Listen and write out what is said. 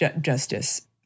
Justice